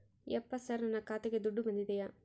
ಯಪ್ಪ ಸರ್ ನನ್ನ ಖಾತೆಗೆ ದುಡ್ಡು ಬಂದಿದೆಯ?